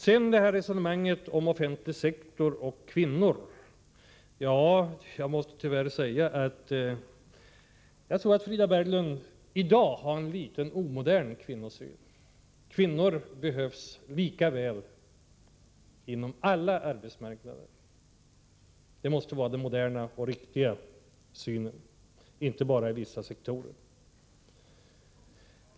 Sedan resonemanget om den offentliga sektorn och kvinnor. Jag måste tyvärr säga att Frida Berglund i dag har en litet omodern kvinnosyn. Kvinnor behövs lika mycket på alla arbetsmarknader och inte bara i vissa sektorer — det måste vara den moderna och riktiga synen.